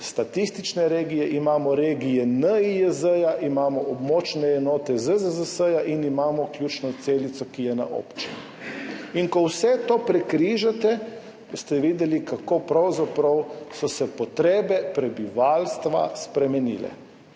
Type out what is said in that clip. statistične regije, imamo regije NIJZ, imamo območne enote ZZZS in imamo ključno celico, ki je na občini. Ko vse to prekrižate, boste videli, kako so se pravzaprav potrebe prebivalstva spremenile.